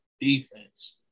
defense